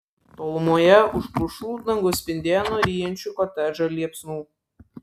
tolumoje už pušų dangus spindėjo nuo ryjančių kotedžą liepsnų